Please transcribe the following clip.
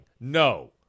No